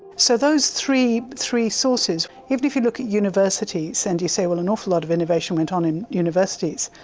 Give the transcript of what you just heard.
so those three three sources. even if you look at universities and you say, well, an awful lot of innovation went on in universities,